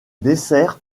dessert